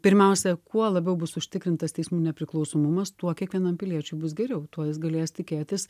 pirmiausia kuo labiau bus užtikrintas teismų nepriklausomumas tuo kiekvienam piliečiui bus geriau tuo jis galės tikėtis